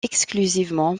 exclusivement